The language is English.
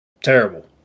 terrible